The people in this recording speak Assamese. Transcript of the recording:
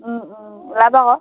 ওলাব আকৌ